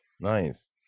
nice